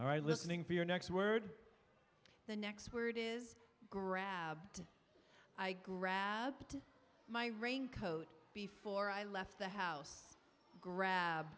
all right listening for your next word the next word is grabbed i grabbed my raincoat before i left the house grab